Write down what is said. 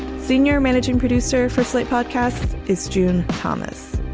senior managing producer for slate podcasts. it's june thomas,